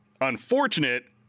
unfortunate